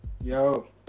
yo